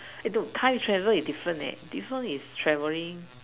eh no time travel is different leh this one is traveling